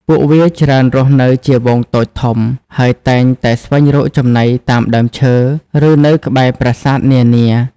ពួកវាច្រើនរស់នៅជាហ្វូងតូចធំ ហើយតែងតែស្វែងរកចំណីតាមដើមឈើ ឬនៅក្បែរប្រាសាទនានា។